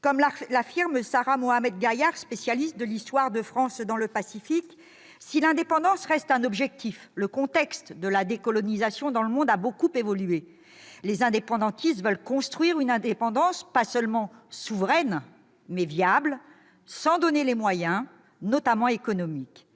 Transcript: comme l'affirme Sarah Mohamed-Gaillard, spécialiste de l'histoire de la France dans le Pacifique, si l'indépendance reste un objectif, le contexte de la décolonisation dans le monde a beaucoup évolué ; elle indique que « les indépendantistes veulent construire une indépendance pas seulement souveraine, mais viable, et s'en donner les moyens, notamment économiques.